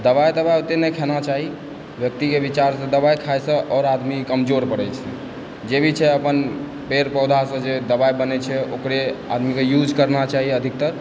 दवाइ तवाइ ओते नहि खाना चाही व्यक्तिके विचार दवाइ खायसँ आओर आदमी कमजोर पड़ै छै जे भी छै अपन पेड़ पौधासँ जे दवाइ बनै छै ओकरे आदमीके यूज करना चाही अधिकतर